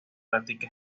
práctica